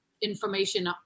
information